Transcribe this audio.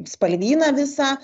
spalvyną visą